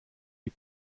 die